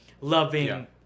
loving